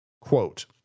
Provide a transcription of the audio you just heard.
Quote